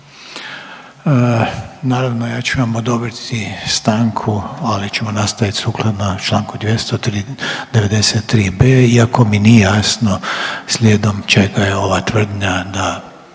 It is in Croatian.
Naravno, ja ću vam odobriti stanku, ali ćemo nastaviti sukladno čl. 293.b iako mi nije jasno slijedom čega je ova tvrdnja da